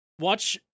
Watch